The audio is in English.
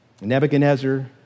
Nebuchadnezzar